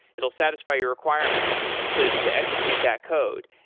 it will satisfy your requirements to to execute that code.